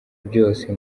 byose